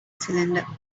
cylinder